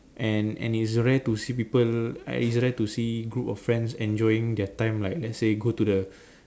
and and it's rare to see people ah it's rare to see group of friends enjoying their time like let's say go to the